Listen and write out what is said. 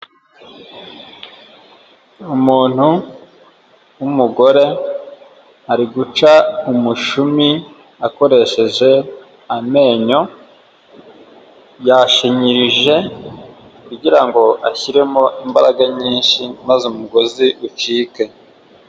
Umuntu w'umugore ari guca umushumi akoresheje amenyo, yashinyirije kugira ngo ashyiremo imbaraga nyinshi maze umugozi ucike.